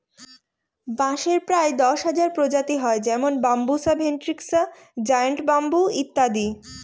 বাঁশের প্রায় দশ হাজার প্রজাতি হয় যেমন বাম্বুসা ভেন্ট্রিকসা জায়ন্ট ব্যাম্বু ইত্যাদি